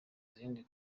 izindi